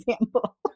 example